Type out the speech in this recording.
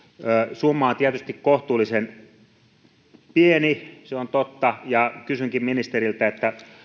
summa on tietysti kohtuullisen pieni se on totta ja kysynkin ministeriltä